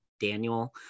Daniel